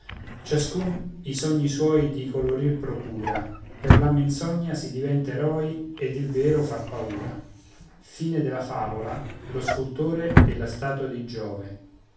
i sogni suoi di colorir procura per la menzogna si diventa eroi e il vero fa paura e e